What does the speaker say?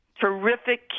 terrific